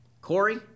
Corey